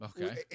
Okay